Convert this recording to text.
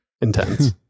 intense